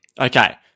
Okay